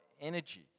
energy